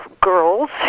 girls